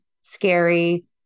scary